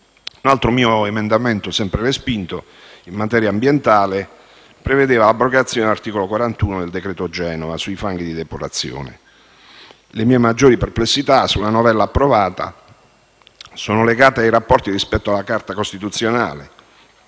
Un altro mio emendamento in materia ambientale, sempre respinto, prevedeva l'abrogazione dell'articolo 41 del decreto Genova sui fanghi di depurazione. Le mie maggiori perplessità sulla novella approvata sono legate ai rapporti con la Carta costituzionale: